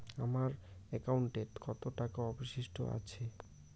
আমার একাউন্টে কত টাকা অবশিষ্ট আছে?